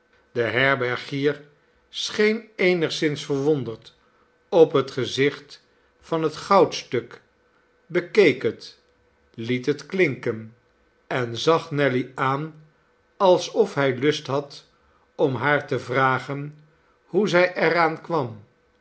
de herbergier scheen eenigszins verwonderd op het gezicht van het goudstuk bekeek het liet het klinken en zag nelly aan alsof hij lust had om haar te vragen hoe zij er aan kwam